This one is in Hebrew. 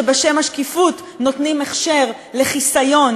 שבשם השקיפות נותנים הכשר לחיסיון